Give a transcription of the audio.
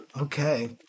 Okay